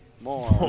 more